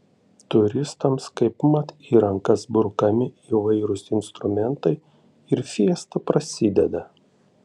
turistams kaipmat į rankas brukami įvairūs instrumentai ir fiesta prasideda